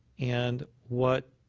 and what